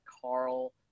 Carl